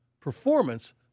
performance